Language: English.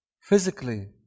physically